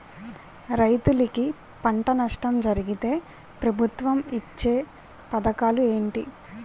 రైతులుకి పంట నష్టం జరిగితే ప్రభుత్వం ఇచ్చా పథకాలు ఏంటి?